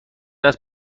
است